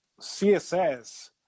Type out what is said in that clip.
CSS